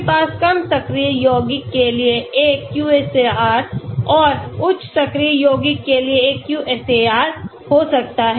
आपके पास कम सक्रिय यौगिकों के लिए एक QSAR और उच्च सक्रिय यौगिकों के लिए एक QSAR हो सकता है